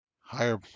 higher